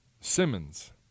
Simmons